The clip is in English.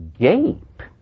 gape